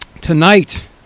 tonight